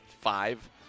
five